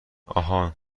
آهان